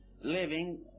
living